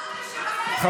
את משוריינת.